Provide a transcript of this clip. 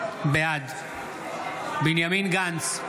בעד בנימין גנץ,